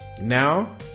Now